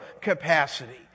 capacity